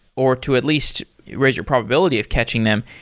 or to at least raise your probability of catching them,